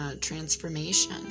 transformation